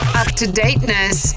up-to-dateness